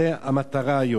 זו המטרה היום.